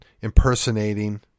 impersonating